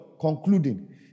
concluding